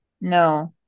No